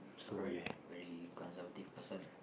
alright very conservative person